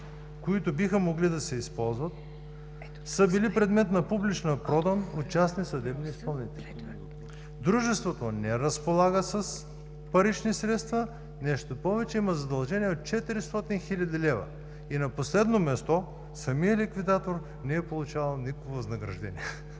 които биха могли да се използват, са били предмет на публична продан от частни съдебни изпълнители. Дружеството не разполага с парични средства – нещо повече, има задължения от 400 000 лв.! И на последно място, самият ликвидатор не е получавал никакво възнаграждение.“